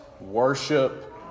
worship